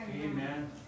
Amen